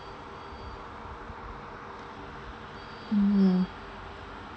mm